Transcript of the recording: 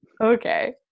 okay